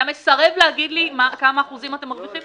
מסרב להגיד לי כמה אחוזים אתם מרוויחים?